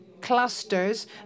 clusters